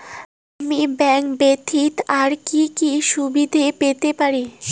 আমি ব্যাংক ব্যথিত আর কি কি সুবিধে পেতে পারি?